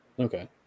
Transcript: Okay